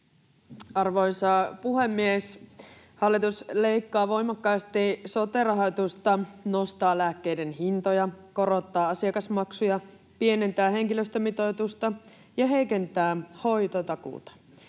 Arvoisa puhemies! Hallitus leikkaa voimakkaasti sote-rahoitusta, nostaa lääkkeiden hintoja, korottaa asiakasmaksuja, pienentää henkilöstömitoitusta ja heikentää hoitotakuuta.